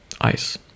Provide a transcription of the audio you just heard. ice